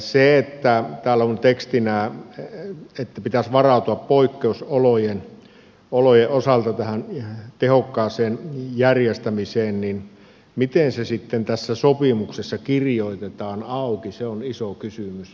kun täällä on tekstinä että pitäisi varautua poikkeusolojen osalta tähän tehokkaaseen järjestämiseen niin miten se sitten tässä sopimuksessa kirjoitetaan auki se on iso kysymys